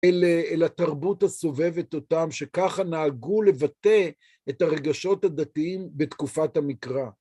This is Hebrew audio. אל התרבות הסובבת אותם, שככה נהגו לבטא את הרגשות הדתיים בתקופת המקרא.